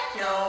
no